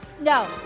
No